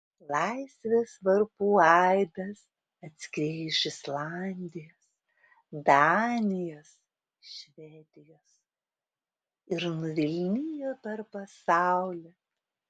laisvės varpų aidas atskriejo iš islandijos danijos švedijos ir nuvilnijo per pasaulį